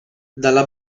dalla